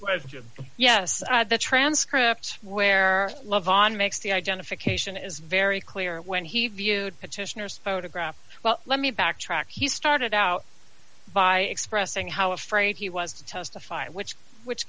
your yes the transcript where love on makes the identification is very clear when he viewed petitioner's photograph well let me backtrack he started out by expressing how afraid he was to testify which which